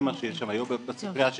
זה מה שיש שם היום בספרייה שהייתה.